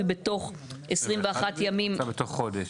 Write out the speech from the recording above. בתוך 21 ימים --- את רוצה בתוך חודש.